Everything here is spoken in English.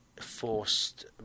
forced